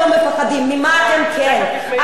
מי שמתה אחרי התקשורת זה הדמוקרטיה.